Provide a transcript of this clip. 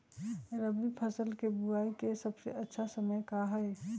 रबी फसल के बुआई के सबसे अच्छा समय का हई?